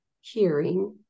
hearing